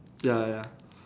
ya ya ya